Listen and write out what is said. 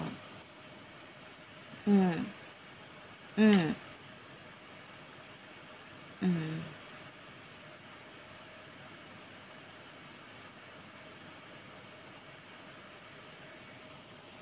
mm mm mm